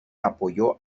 apoyó